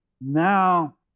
now